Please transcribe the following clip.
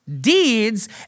deeds